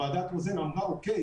ועדת רוזן אמרה: אוקיי,